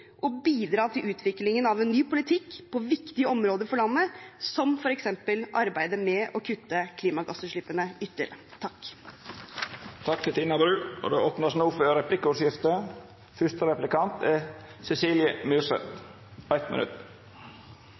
og bidra til utviklingen av ny politikk på viktige områder for landet, som f.eks. arbeidet med å kutte klimagassutslippene ytterligere. Det vert replikkordskifte. Verden opplever allerede konsekvensene av at klimaet forandres. Vi merker også klimaendringene i nord – på Svalbard, på Finnmarksvidda. For Arbeiderpartiet er